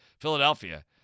Philadelphia